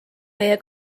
meie